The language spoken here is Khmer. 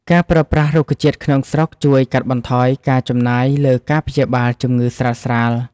ការប្រើប្រាស់រុក្ខជាតិក្នុងស្រុកជួយកាត់បន្ថយការចំណាយលើការព្យាបាលជំងឺស្រាលៗ។